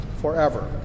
forever